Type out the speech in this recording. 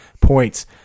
points